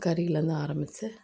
கறிலேருந்து ஆரம்பிச்சு